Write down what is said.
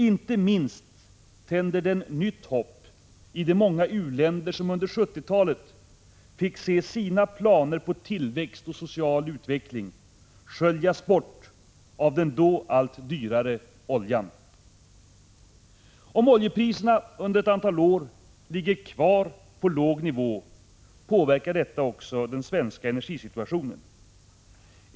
Inte minst tänder de nytt hopp i de många u-länder som under 1970-talet fick se sina planer på tillväxt och social utveckling sköljas bort av den då allt dyrare oljan. Om oljepriserna under ett antal år ligger kvar på låg nivå påverkar detta också den svenska energisituationen.